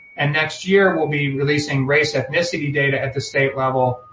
and next year we'll be releasing race ethnicity data at the state level.